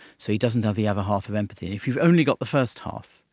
so he doesn't have the other half of empathy. and if you've only got the first half,